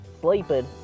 sleeping